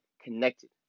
Connected